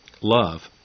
love